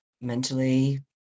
Mentally